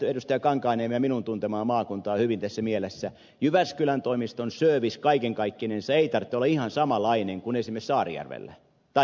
kankaanniemen ja minun tuntemaa maakuntaa hyvin tässä mielessä jyväskylän toimiston servicen kaiken kaikkinensa ei tarvitse olla ihan samanlainen kuin esimerkiksi saarijärven tai jämsän